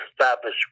establish